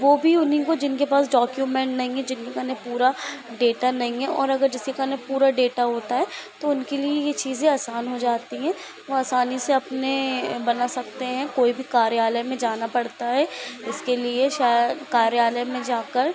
वह भी उन्हीं को जिनके पास डॉक्यूमेंट नहीं है जिनके कने पूरा डेटा नहीं है और अगर जिसके कने पूरा डेटा होता है तो उनके लिए यह चीज़ें आसान हो जाती हैं वह आसानी से अपने बना सकते हैं कोई भी कार्यालय में जाना पड़ता है इसके लिए शा कार्यालय में जाकर